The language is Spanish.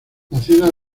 nacida